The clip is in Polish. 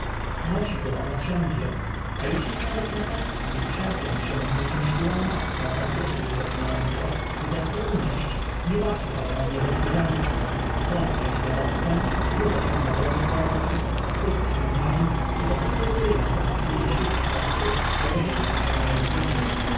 nosi go ona wszędzie a jeśli nawet napastnik szarpiąc się z nieszczęśliwą matką odbierze jej zawiniątko i zechce unieść nie baczy ona na niebezpieczeństwo goni prześladowcę rzuca się na drogi tłomoczek chwyta szczękami i dopóty wyrywa dopóki jej sił starczy albo dopóki sama nie zginie